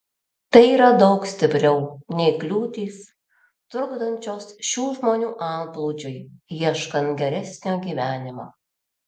tai yra daug stipriau nei kliūtys trukdančios šių žmonių antplūdžiui ieškant geresnio gyvenimo